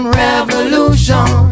revolution